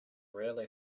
rarely